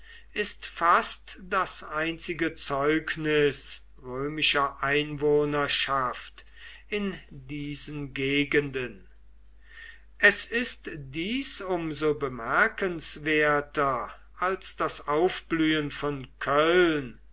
ist fast das einzige zeugnis römischer einwohnerschaft in diesen gegenden es ist dies um so bemerkenswerter als das aufblühen von köln